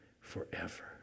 forever